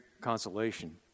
consolation